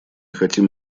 хотим